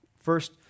first